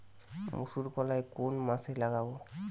মুসুরকলাই কোন মাসে লাগাব?